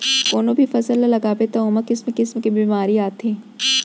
कोनो भी फसल ल लगाबे त ओमा किसम किसम के बेमारी आथे